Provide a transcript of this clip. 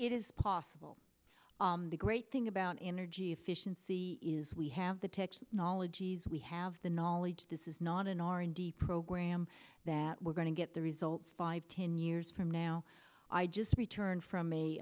it is possible the great thing about energy efficiency is we have the text knowledge ease we have the knowledge this is not an r and d program that we're going to get the results five ten years from now i just returned from a